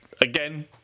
Again